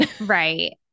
Right